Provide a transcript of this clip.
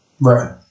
Right